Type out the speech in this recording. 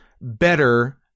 better